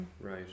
Right